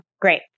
Great